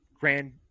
grand